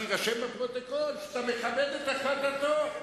שיירשם בפרוטוקול שאתה מכבד את החלטתו.